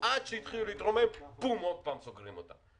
עד שהתחילו להתרומם עוד פעם סוגרים אותם.